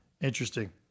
Interesting